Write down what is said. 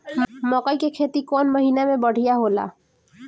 मकई के खेती कौन महीना में बढ़िया होला?